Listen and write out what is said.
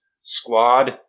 Squad